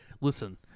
listen